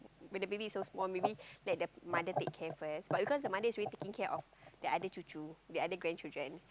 when the baby is so small maybe like the mother take care first but because the mother is already taking care of other cucu the other grandchildren